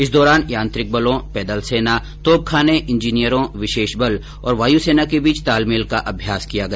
इस दौरान यांत्रिक बलों पैदल सेना तोपखाने इंजीनियरों विशेष बल और वायुसेना के बीच तालमेल का अभ्यास किया गया